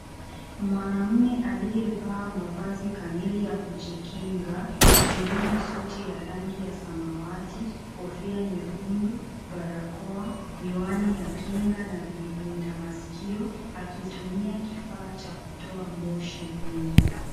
Mwanaume aliyevaa mavazi kamili ya kujikinga ikiwemo suti ya rangi ya samawati , kofia nyekundu , barakoa , miwani ya kinga na vilinda masikio akitumia kifaa cha kutoa moshi mwingi .